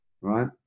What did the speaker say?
right